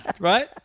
Right